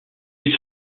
les